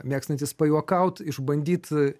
mėgstantis pajuokaut išbandyt